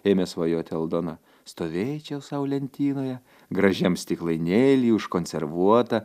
ėmė svajoti aldona stovėčiau sau lentynoje gražiam stiklainėly užkonservuota